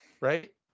right